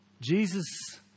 Jesus